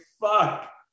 fuck